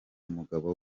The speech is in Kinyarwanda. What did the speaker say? umugabo